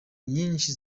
nyishi